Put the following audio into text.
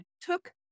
took